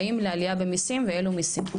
והאם לעלייה במיסים ואילו מיסים?